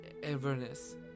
Everness